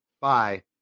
bye